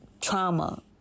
trauma